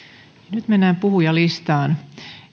nyt mennään puhujalistaan